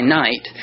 night